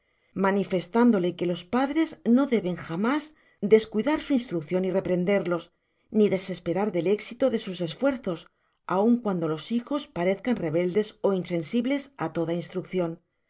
manifestándole que los padres no deben jamás descuidar su instruccion y reprenderlos ni desesperar del éxito de sus esfuerzos aun cuando los hijos parez can rebeldes ó insensibles á toda instruccion